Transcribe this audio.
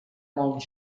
molt